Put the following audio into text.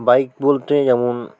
bike বলতে যেমন